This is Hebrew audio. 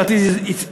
לדעתי זה יגרום,